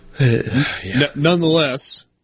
Nonetheless